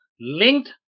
linked